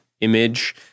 image